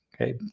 Okay